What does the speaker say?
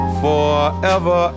forever